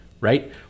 right